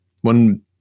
one